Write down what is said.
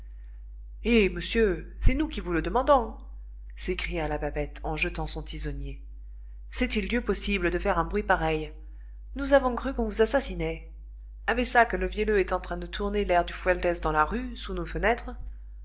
eh monsieur c'est nous qui vous le demandons s'écria la babette en jetant son tisonnier c'est-il dieu possible de faire un bruit pareil nous avons cru qu'on vous assassinait avec ça que le vielleux est en train de tourner l'air du fualdès dans la rue sous nos fenêtres